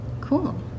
Cool